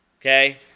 Okay